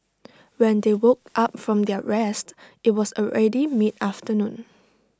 when they woke up from their rest IT was already mid afternoon